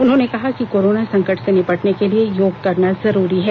उन्होंने कहा कि कोरोना संकट से निपटने के लिए योग करना जरूरी है